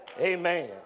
Amen